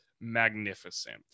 magnificent